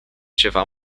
ceva